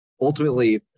ultimately